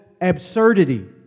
absurdity